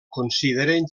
consideren